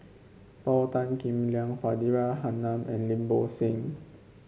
Paul Tan Kim Liang Faridah Hanum and Lim Bo Seng